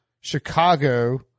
Chicago